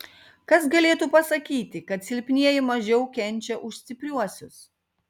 kas galėtų pasakyti kad silpnieji mažiau kenčia už stipriuosius